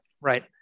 right